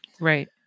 Right